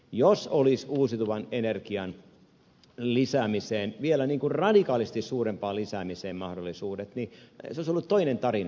jos olisi uusiutuvan energian lisäämiseen vielä radikaalisti suurempaan lisäämiseen mahdollisuudet niin se olisi ollut toinen tarina